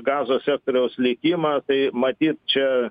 gazos sektoriaus likimą tai matyt čia